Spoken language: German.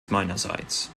meinerseits